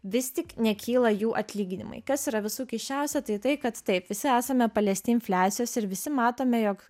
vis tik nekyla jų atlyginimai kas yra visų keisčiausia tai tai kad taip visi esame paliesti infliacijos ir visi matome jog